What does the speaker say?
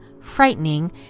frightening